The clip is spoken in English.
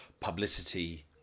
publicity